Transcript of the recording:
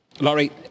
Laurie